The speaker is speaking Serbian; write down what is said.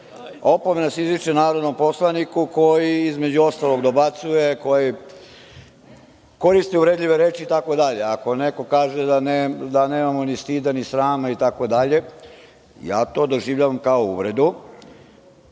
opomena se izriče narodnom poslaniku koji, između ostalog, dobacuje, koristi uvredljive reči itd. Ako neko kaže da nemamo ni stida ni srama itd, ja to doživljavam kao uvredu,